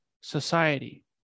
society